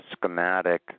schematic